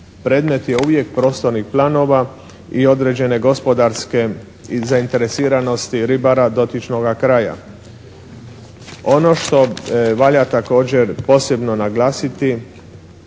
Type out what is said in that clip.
predmet je uvijek prostornih planova i određene gospodarske i zainteresiranosti ribara dotičnoga kraja. Ono što valja također posebno naglasiti